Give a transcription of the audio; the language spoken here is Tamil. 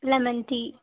லெமன்டீ